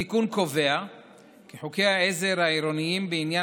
התיקון קובע כי חוקי העזר העירוניים בעניין